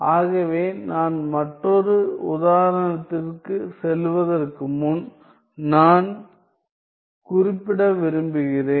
ஆகவே நான் மற்றொரு உதாரணத்திற்குச் செல்வதற்கு முன் நான் குறிப்பிட விரும்புகிறேன்